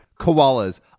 koalas